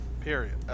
Period